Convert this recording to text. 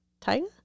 Tiger